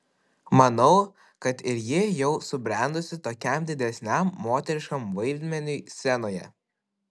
manau kad ir ji jau subrendusi tokiam didesniam moteriškam vaidmeniui scenoje